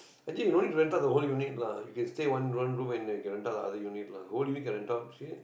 I think you no need to rent out the whole unit lah you can stay one one room and can rent out the other unit lah the whole unit can rent out serious